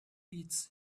beats